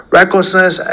recklessness